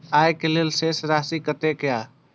आय के लेल शेष राशि कतेक या?